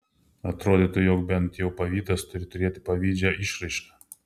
atrodytų jog bent jau pavydas turi turėti pavydžią išraišką